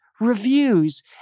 reviews